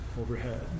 overhead